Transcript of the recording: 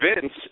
Vince